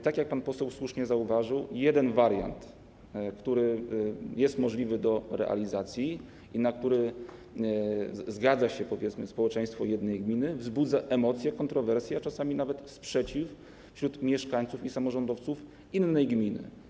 Tak jak pan poseł słusznie zauważył, jeden wariant, który jest możliwy do realizacji i na który zgadza się - powiedzmy - społeczeństwo jednej gminy, wzbudza emocje, kontrowersje, a czasami nawet sprzeciw wśród mieszkańców i samorządowców innej gminy.